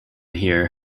here